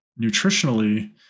nutritionally